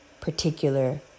particular